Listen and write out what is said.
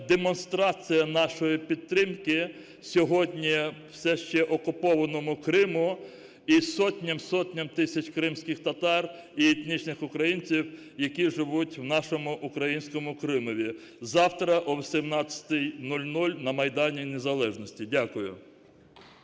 демонстрація нашої підтримки сьогодні все ще окупованому Криму і сотням-сотням тисяч кримських татар, і етнічних українців, які живуть в нашому українському Кримові. Завтра о 18:00 на Майдані Незалежності. Дякую.